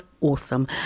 awesome